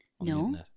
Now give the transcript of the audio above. no